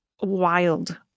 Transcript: wild